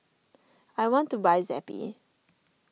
I want to buy Zappy